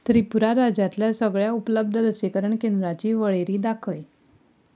त्रिपुरा राज्यांतल्या सगळ्या उपलब्द लसीकरण केंद्राची वळेरी दाखय